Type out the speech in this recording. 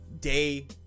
day